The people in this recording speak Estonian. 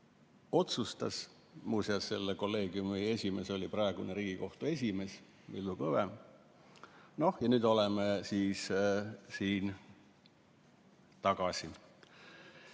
otsustas – muuseas selle kolleegiumi esimees oli praegune Riigikohtu esimees Villu Kõve – ja nüüd oleme siis siin tagasi.